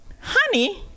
honey